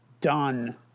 done